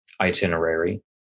itinerary